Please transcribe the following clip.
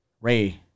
Ray